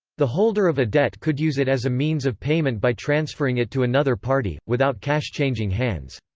the holder of a debt could use it as a means of payment by transferring it to another party, without cash changing hands.